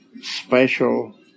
special